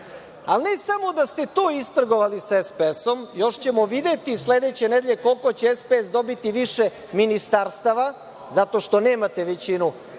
Ne samo da ste to istrgovali sa SPS-om, još ćemo videti sledeće nedelje koliko će SPS dobiti više ministarstava zato što nemate većinu